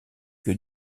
que